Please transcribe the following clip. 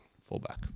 Fullback